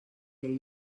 del